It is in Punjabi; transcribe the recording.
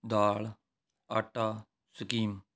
ਦਾਲ ਆਟਾ ਸਕੀਮ